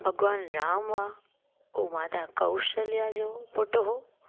भॻवान राम हुआ उहो माता कौशल्या जो पुटु हो